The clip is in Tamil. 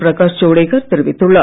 பிரகாஷ் ஜவடேகர் தெரிவித்துள்ளார்